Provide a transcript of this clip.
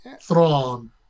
Thrawn